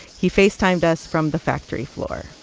he facetime-ed us from the factory floor